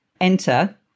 enter